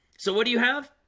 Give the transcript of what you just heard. so what do you have?